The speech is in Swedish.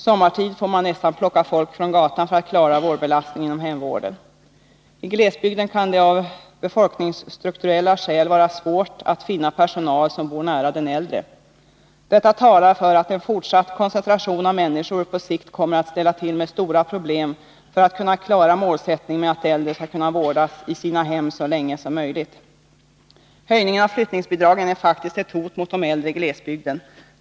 Sommartid får man nästan plocka folk från gatan för att klara vårdbelastningen inom hemvården. I glesbygden kan det av befolkningsstrukturella skäl vara svårt att finna personal som bor nära den äldre. Detta talar för att en fortsatt koncentration av människor på sikt kommer att ställa till med stora problem för att kunna klara målsättningen med att äldre skall kunna vårdas i sina hem så länge som möjligt. Höjningen av flyttningsbidragen är faktiskt ett hot mot de äldre i glesbygden.